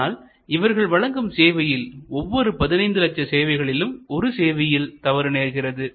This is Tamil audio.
ஆனால் இவர்கள் வழங்கும் சேவையில் ஒவ்வொரு 15 லட்ச சேவைகளிலும் ஒரு சேவையில் தவறு நேர்கிறது